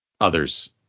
others